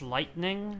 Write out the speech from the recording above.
Lightning